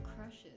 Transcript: crushes